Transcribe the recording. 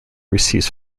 receives